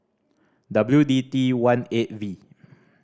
W D T one eight V